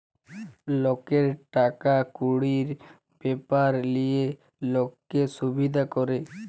লকের টাকা কুড়ির ব্যাপার লিয়ে লক্কে সুবিধা ক্যরে